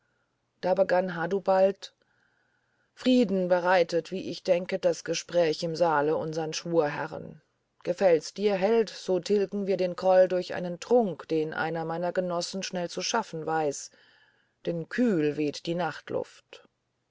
da begann hadubald frieden bereitet wie ich merke das gespräch im saale unseren schwurherren gefällt dir's held so tilgen wir den groll durch einen trunk den einer meiner genossen schnell zu schaffen weiß denn kühl weht die nachtluft